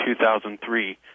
2003